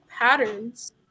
patterns